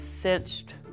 cinched